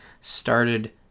started